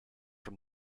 from